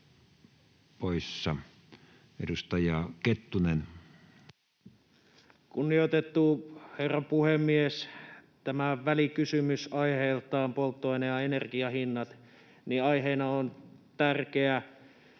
Edustaja Kettunen. Kunnioitettu herra puhemies! Tämän välikysymyksen aihe, polttoaine- ja energiahinnat, on tärkeä,